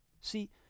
see